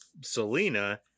Selena